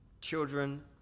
children